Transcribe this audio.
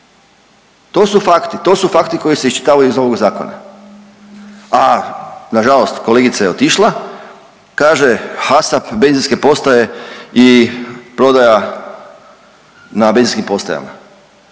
to su fakti koji se iščitavaju iz ovog zakona, a nažalost kolegica je otišla, kaže HASAP benzinske postaje i prodaja na benzinskim postajama.